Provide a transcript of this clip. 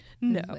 No